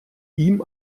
ihm